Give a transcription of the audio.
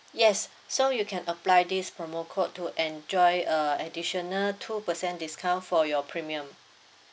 yes so you can apply this promo code to enjoy uh additional two percent discount for your premium